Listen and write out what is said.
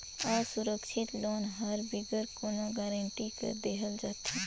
असुरक्छित लोन हर बिगर कोनो गरंटी कर देहल जाथे